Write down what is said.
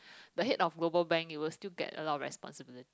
the head of global bank you will still get a lot of responsibility